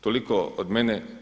Toliko od mene.